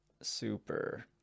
super